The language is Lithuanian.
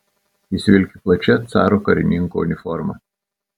jis vilki plačia caro karininko uniforma